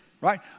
right